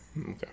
Okay